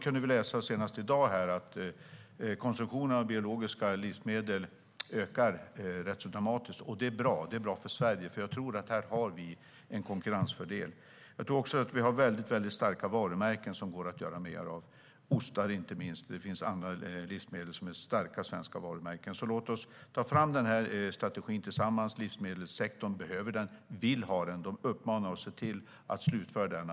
Senast i dag kunde vi läsa att konsumtionen av ekologiska livsmedel ökar rätt dramatiskt. Det är bra för Sverige, för här tror jag att vi har en konkurrensfördel. Jag tror också att vi har väldigt starka varumärken som går att göra mer av - ostar, inte minst, men det finns även andra livsmedel som är starka svenska varumärken. Låt oss ta fram den här strategin tillsammans! Livsmedelssektorn behöver den, vill ha den och uppmanar oss att se till att slutföra den.